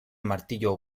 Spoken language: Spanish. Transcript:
martillo